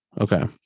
Okay